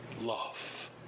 love